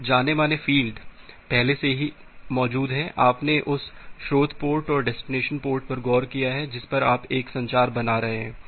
तो जाने माने फ़ील्ड पहले से ही मौजूद हैं कि आपने उस स्रोत पोर्ट और डेस्टिनेशन पोर्ट पर गौर किया है जिस पर आप एक संचार बना रहे हैं